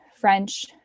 French